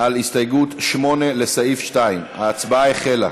על הסתייגות 8, לסעיף 2. ההצבעה החלה.